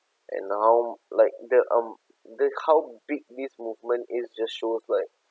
and now like the um the how big this movement is just shows like